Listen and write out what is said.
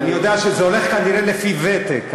אני יודע שזה הולך כנראה לפי ותק.